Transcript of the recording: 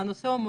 הנושא מורכב.